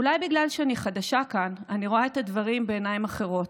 אולי בגלל שאני חדשה כאן אני רואה את הדברים בעיניים אחרות,